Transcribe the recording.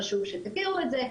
חשוב שתכירו את זה,